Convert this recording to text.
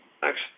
Thanks